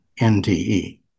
NDE